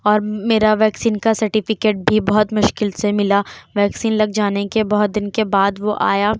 اور میرا ویکسین کا سرٹیفکیٹ بھی بہت مشکل سے ملا ویکسین لگ جانے کے بہت دن کے بعد وہ آیا